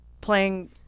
playing